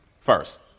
First